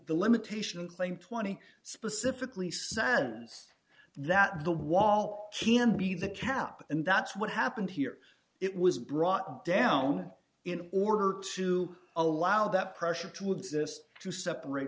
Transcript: the limitation claim twenty specifically sands that the wall can be the cap and that's what happened here it was brought down in order to allow that pressure to exist two separate